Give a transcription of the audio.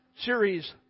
Series